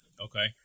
Okay